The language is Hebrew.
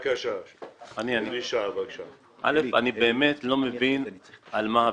אני באמת לא מבין על מה הוויכוח.